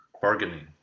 bargaining